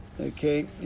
Okay